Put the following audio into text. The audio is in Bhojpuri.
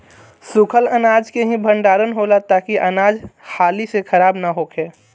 सूखल अनाज के ही भण्डारण होला ताकि अनाज हाली से खराब न होखे